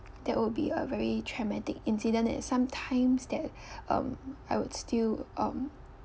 that would be a very traumatic incident and some times that um I would still um